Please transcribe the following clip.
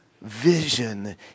vision